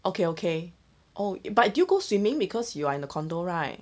okay okay oh but you go swimming because you are in the condo right